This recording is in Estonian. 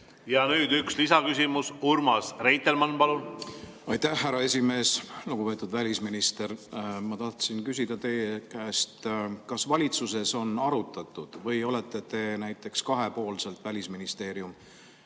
Ja nüüd üks lisaküsimus. Urmas Reitelmann, palun! Aitäh, härra esimees! Lugupeetud välisminister! Ma tahtsin küsida teie käest, kas valitsuses on arutatud või olete te näiteks kahepoolselt, Välisministeerium